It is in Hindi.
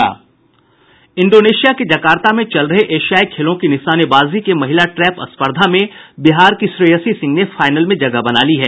इंडोनेशिया के जकार्ता में चल रहे एशियाई खेलों की निशानेबाजी के महिला ट्रैप स्पर्धा में बिहार के श्रेयसी सिंह ने फाइनल में जगह बना ली है